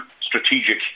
strategic